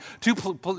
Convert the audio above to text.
Two